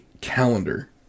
calendar